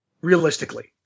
realistically